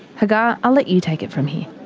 hagar, i'll let you take it from here!